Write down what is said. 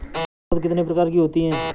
पौध कितने प्रकार की होती हैं?